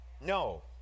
No